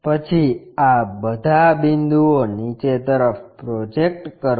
પછી આ બધા બિંદુઓ નીચે તરફ પ્રોજેક્ટ કરો